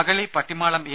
Agali Pattimalam A